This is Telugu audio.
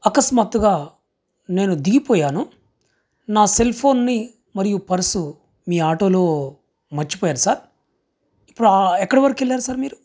అకస్మాత్తుగా నేను దిగిపోయాను నా సెల్ఫోన్ని మరియు పర్సు మీ ఆటోలో మరచిపోయారు సార్ ఇప్పుడు ఎక్కడివరకి వెళ్ళారు సార్ మీరు